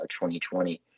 2020